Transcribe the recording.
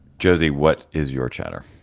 jose, what is your chatter?